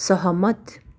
सहमत